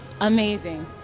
amazing